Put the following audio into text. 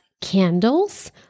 candles